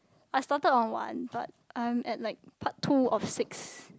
I started on one but I'm at like part two of six